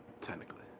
Technically